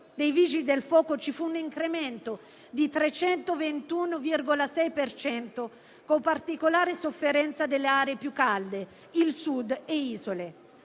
dei Vigili del fuoco, ci fu un incremento del 321,6 per cento, con particolare sofferenza delle aree più calde, il Sud e le isole.